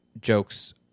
jokes